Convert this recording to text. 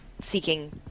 seeking